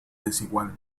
desigual